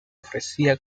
ofrecía